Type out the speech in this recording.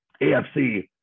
AFC